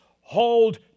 hold